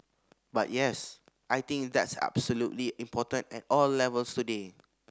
but yes I think that's absolutely important at all levels today